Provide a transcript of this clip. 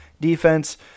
defense